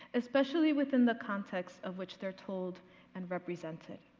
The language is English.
especially within the context of which they're told and represented.